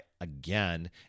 again